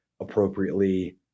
appropriately